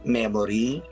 memory